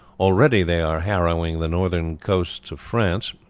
already they are harrying the northern coasts of france,